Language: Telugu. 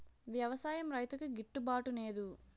వ్యవసాయం రైతుకి గిట్టు బాటునేదు